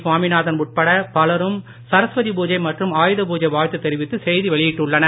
சுவாமிநாதன் உட்பட பலரும் சரஸ்வதி பூஜை மற்றும் ஆயுதப் பூஜை வாழ்த்து தெரிவித்து செய்தி வெளியிட்டுள்ளனர்